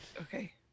Okay